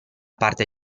parte